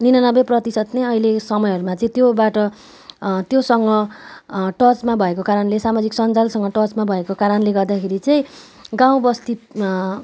निनानब्बे प्रतिशत नै अैलेको समयहरूमा चाहिँ त्योबाट त्योसँग टचमा भएको कारणले सामाजिक सञ्जालसँग टचमा भएको कारणले गर्दाखेरि चाहिँ गाउँ बस्ती